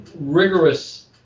rigorous